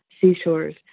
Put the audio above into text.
seashores